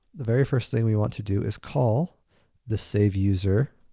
the very first thing we want to do is call the saveuser